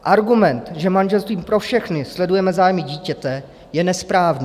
Argument, že manželstvím pro všechny sledujeme zájmy dítěte, je nesprávný.